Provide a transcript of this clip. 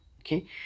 okay